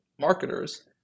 marketers